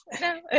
No